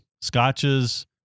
Scotches